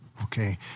Okay